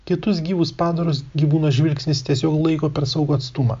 kitus gyvus padarus gyvūno žvilgsnis tiesiog laiko per saugų atstumą